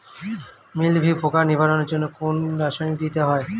মিলভিউ পোকার নিবারণের জন্য কোন রাসায়নিক দিতে হয়?